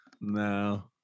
no